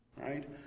Right